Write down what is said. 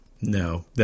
No